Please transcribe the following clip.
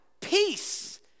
peace